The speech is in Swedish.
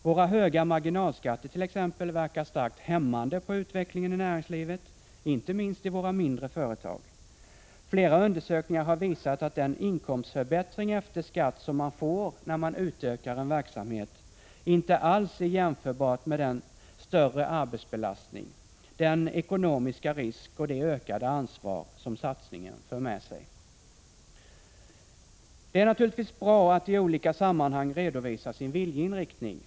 Våra höga marginalskatter t.ex. verkar starkt hämmande på utvecklingen i näringslivet — det gäller inte minst våra mindre företag. Flera undersökningar har visat att den inkomstförbättring efter skatt som man får när man utökar en verksamhet inte alls är jämförbar med den större arbetsbelastning, den ekonomiska risk och det ökade ansvar som satsningen för med sig. Det är naturligtvis bra att i olika sammanhang redovisa sin viljeinriktning.